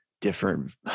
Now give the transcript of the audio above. different